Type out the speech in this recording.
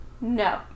no